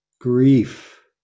grief